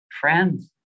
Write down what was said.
friends